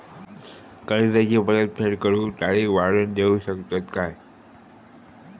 कर्जाची परत फेड करूक तारीख वाढवून देऊ शकतत काय?